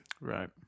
Right